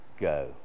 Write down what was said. go